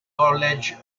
college